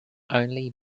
only